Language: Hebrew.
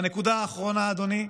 והנקודה האחרונה, אדוני: